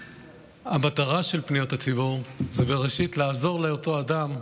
המטרה של פניות הציבור היא בראשית לעזור לאותו אדם,